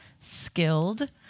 skilled